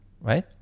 right